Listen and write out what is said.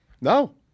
No